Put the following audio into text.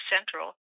Central